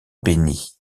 bénie